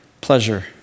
pleasure